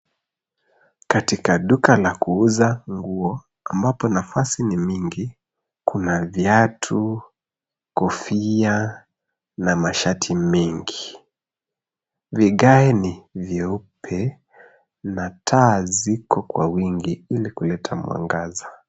Katika duka la kuuza nguo ambapo nafasi ni mingi, kuna viatu, mashati na kofia mengi. Vigae ni vyeupe na taa ziko kwa wingi ili kuleta mwangaza.